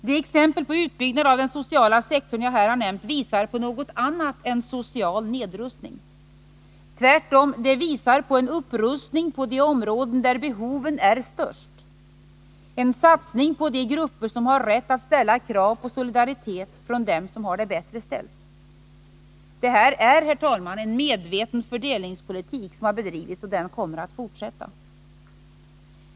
De exempel på utbyggnad av den sociala sektorn som jag här har nämnt visar på något annat än social nedrustning. Tvärtom — de visar på en upprustning på de områden där behoven är störst, en satsning på de grupper som har rätt att ställa krav på solidaritet från dem som har det bättre ställt. Det är, herr talman, en medveten fördelningspolitik som har bedrivits, och den kommer att fortsätta.